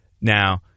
Now